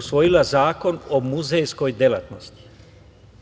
usvojila Zakon o muzejskoj delatnosti.